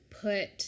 put